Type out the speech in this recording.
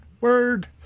word